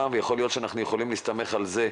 ויכול להיות שאנחנו יכולים להסתמך על זה,